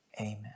Amen